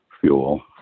fuel